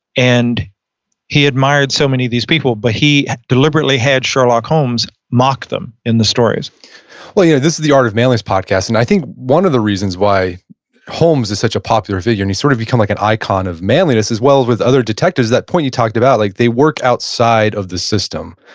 and he admired so many these people, but he deliberately had sherlock holmes mock them in the stories well, yes. yeah this is the art of manliness podcast. and i think one of the reasons why holmes is such a popular video and he sort of become like an icon of manliness, as well as with other detectors that point you talked about like they work outside of the system,